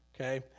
okay